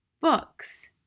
Books